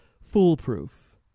foolproof